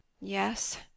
Yes